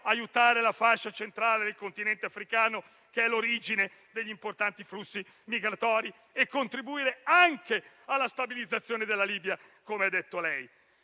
aiutare la fascia centrale del continente africano, che è l'origine degli importanti flussi migratori e contribuire anche alla stabilizzazione della Libia, come ha detto lei.